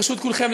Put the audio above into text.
ברשות כולכם,